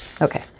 Okay